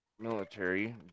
military